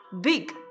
Big